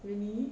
really